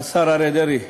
השר אריה דרעי,